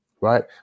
right